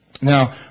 Now